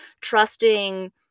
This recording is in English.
trusting